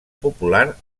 popular